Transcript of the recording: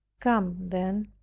come, then,